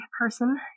person